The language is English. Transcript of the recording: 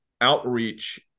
outreach